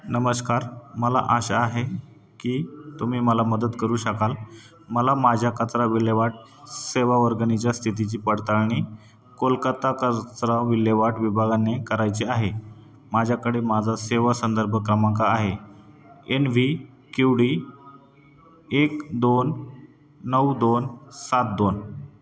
नमस्कार मला आशा आहे की तुम्ही मला मदत करू शकाल मला माझ्या कचरा विल्हेवाट सेवा वर्गणीच्या स्थितीची पडताळणी कोलकत्ता कचरा विल्हेवाट विभाग ने करायचे आहे माझ्याकडे माझा सेवा संदर्भ क्रमांक आहे एन व्ही क्यू डी एक दोन नऊ दोन सात दोन